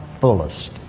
fullest